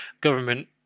Government